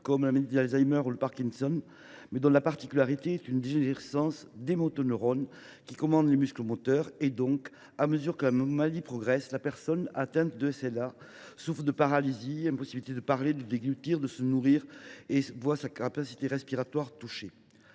comme les maladies d’Alzheimer ou de Parkinson, dont la particularité est une dégénérescence des motoneurones qui commandent les muscles moteurs. Ainsi, à mesure que la maladie progresse, la personne atteinte de SLA souffre de paralysie, d’une impossibilité de parler, de déglutir, donc de se nourrir, avant de voir sa capacité respiratoire touchée.